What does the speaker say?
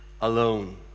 alone